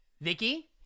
Vicky